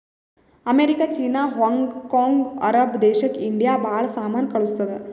America, ಚೀನಾ, Hong Kong, ಅರಬ್ ದೇಶಕ್ ಇಂಡಿಯಾ ಭಾಳ ಸಾಮಾನ್ ಕಳ್ಸುತ್ತುದ್